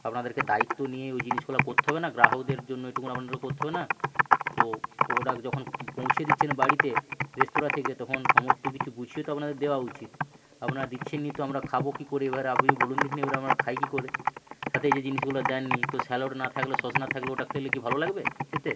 আপনাদেরকে দায়িত্ব নিয়ে ওই জিনিসগুলো করতে হবে না গ্রাহকদের জন্য এইটুকু আপনাদের করতে হবে না তো প্রোডাক্ট যখন পৌঁছে দিচ্ছেন বাড়িতে রেস্তরাঁ থেকে তখন সমস্ত কিছু গুছিয়ে তো আপনাদের দেওয়া উচিত আপনারা দিচ্ছেন না তো আমরা খাব কী করে এবারে আপনি বলুন দেখিনি এবার আমরা খাই কী করে সাথে যে জিনিসগুলো দেননি তো স্যালাড না থাকলে সস না থাকলে ওটা খেলে কি ভালো লাগবে খেতে